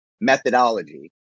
methodology